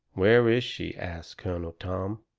where is she? asts colonel tom.